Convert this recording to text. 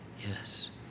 Yes